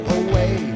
away